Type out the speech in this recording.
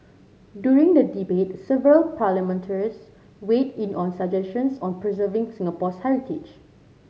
during the debate several parliamentarians weighed in on suggestions on preserving Singapore's heritage